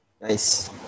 nice